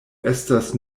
estas